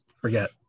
forget